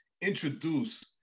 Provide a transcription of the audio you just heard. introduce